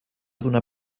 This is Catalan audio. donar